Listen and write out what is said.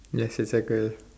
yes just circle